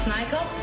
Michael